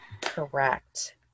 Correct